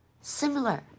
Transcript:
similar